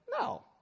no